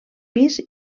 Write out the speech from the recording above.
pis